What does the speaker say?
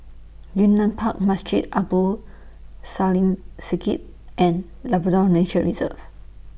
Yunnan Park Masjid Abdul and Nature Reserve